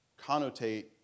connotate